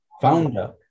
Founder